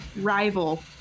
rival